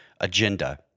agenda